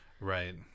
Right